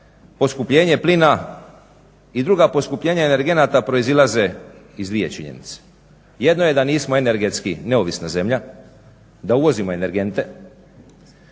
Poskupljenje plina i druga poskupljenja energenata proizilaze iz dvije činjenice. Jedno je da nismo energetski neovisna zemlja, da uvozimo energente,